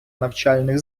навчальних